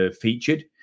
featured